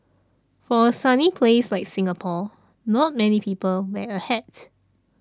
for a sunny place like Singapore not many people wear a hat